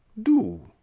do.